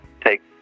take